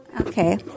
Okay